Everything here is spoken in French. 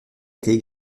étaient